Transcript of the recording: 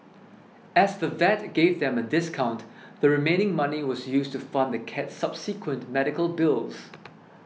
as the vet gave them a discount the remaining money was used to fund the cat's subsequent medical bills